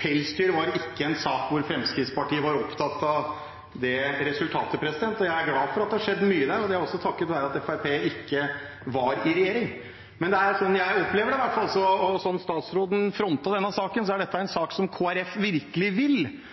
pelsdyr ikke var en sak der Fremskrittspartiet var opptatt av det resultatet. Jeg er glad for at det har skjedd mye der, og det er også takket være at Fremskrittspartiet ikke var i regjering. Men slik jeg opplever det i hvert fall, og slik statsråden fronter denne saken, er dette en sak som Kristelig Folkeparti virkelig vil,